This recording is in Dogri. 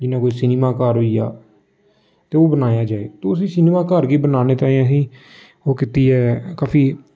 जियां कोई सिनेमाघर होई गेआ ते ओह् बनाया जाए उसी सिनेमाघर गी बनाने ताईं अहें ओह् कीती ऐ काफी